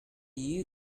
you